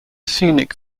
scenic